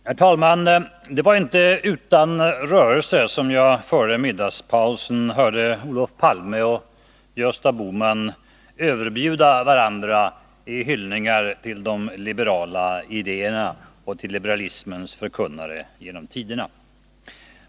Herr talman! Det var inte utan rörelse som jag före middagspausen hörde Olof Palme och Gösta Bohman överbjuda varandra i hyllande av de liberala idéerna och liberalismens förkunnare genom tiderna.